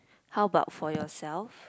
how about for yourself